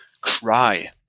cry